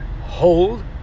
hold